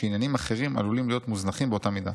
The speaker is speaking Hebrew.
אחרים עלולים להיות מוזנחים באותה מידה.